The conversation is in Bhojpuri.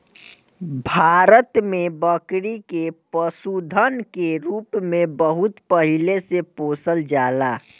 भारत में बकरी के पशुधन के रूप में बहुत पहिले से पोसल जाला